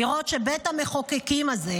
לראות שבית המחוקקים הזה,